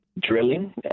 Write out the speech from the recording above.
drilling